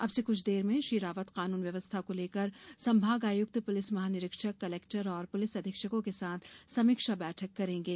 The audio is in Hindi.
अब से कुछ देर में श्री रावत कानुन व्यवस्था को लेकर संभागायक्त पुलिस महानिरीक्षक कलेक्टर और पुलिस अधीक्षकों के साथ समीक्षा बैठक करेंगे